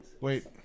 Wait